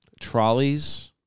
Trolleys